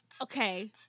Okay